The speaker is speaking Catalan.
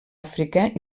àfrica